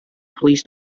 police